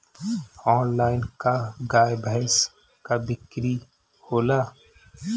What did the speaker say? Online का गाय भैंस क बिक्री होला?